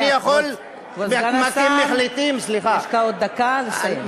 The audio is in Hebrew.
אני יכול, כבוד סגן השר, יש לך עוד דקה לסיים.